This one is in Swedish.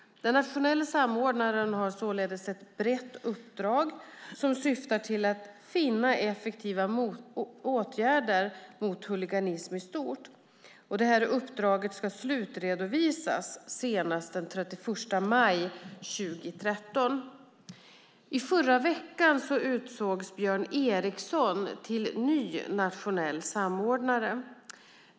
Den nationella samordnaren har således ett brett uppdrag som syftar till att finna effektiva åtgärder mot huliganism i stort. Uppdraget ska slutredovisas senast den 31 mars 2013. I förra veckan utsågs Björn Eriksson till ny nationell samordnare.